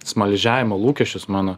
smaližiavimo lūkesčius mano